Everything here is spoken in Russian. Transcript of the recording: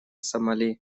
сомали